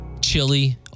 Chili